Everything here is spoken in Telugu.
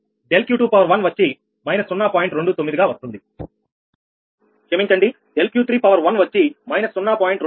107 గా వస్తుంది మరియు ∆Q31వచ్చి−0